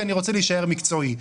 כי אני רוצה להישאר מקצועי.